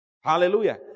Hallelujah